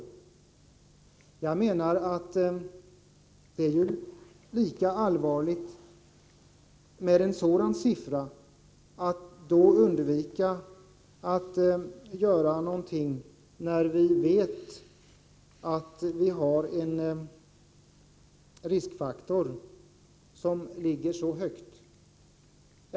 Även om den siffran stämmer är det lika allvarligt att man undviker att göra något, när vi vet att riskfaktorn ligger så högt.